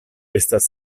estas